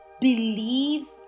Believe